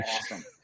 awesome